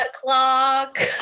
clock